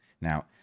Now